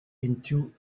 into